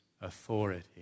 authority